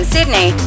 Sydney